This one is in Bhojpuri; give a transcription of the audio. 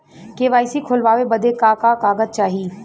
के.वाइ.सी खोलवावे बदे का का कागज चाही?